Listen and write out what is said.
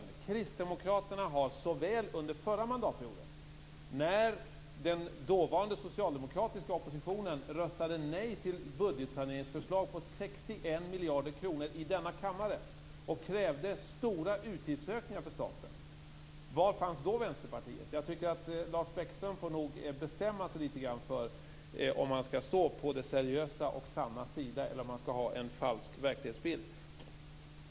Var fanns Vänsterpartiet under den förra mandatperioden, när den dåvarande socialdemokratiska oppositionen röstade nej till budgetsaneringsförslag på 61 miljarder kronor i denna kammare och krävde stora utgiftsökningar för staten? Lars Bäckström får nog bestämma sig för om han skall stå på det seriösa och sannas sida eller om han skall ha en falsk verklighetsbild.